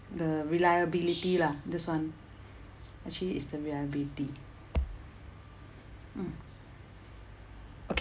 the reliability lah this [one] actually it's the reliability mm okay